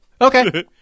Okay